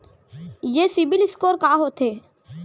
ये सिबील स्कोर का होथे?